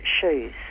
shoes